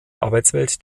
arbeitswelt